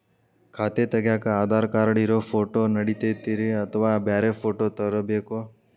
ಖಾತೆ ತಗ್ಯಾಕ್ ಆಧಾರ್ ಕಾರ್ಡ್ ಇರೋ ಫೋಟೋ ನಡಿತೈತ್ರಿ ಅಥವಾ ಬ್ಯಾರೆ ಫೋಟೋ ತರಬೇಕೋ?